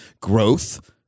growth